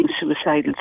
suicidal